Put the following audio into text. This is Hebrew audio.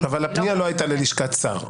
הפנייה לא הייתה ללשכת שר.